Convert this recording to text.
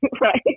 right